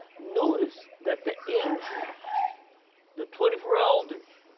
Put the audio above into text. notice that the angels the twenty four elders,